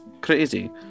crazy